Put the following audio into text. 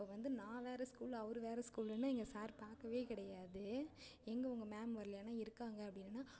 அப்போ வந்து நான் வேறு ஸ்கூல் அவர் வேறு ஸ்கூலுன்னு எங்கள் சார் பார்க்கவே கிடையாது எங்கள் உங்கள் மேம் வரலையான்னு இருக்காங்க அப்படின்னேன்